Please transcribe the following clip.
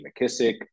McKissick